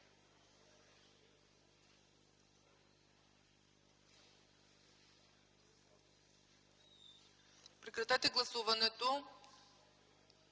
Прекратете гласуването!